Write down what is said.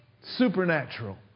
Supernatural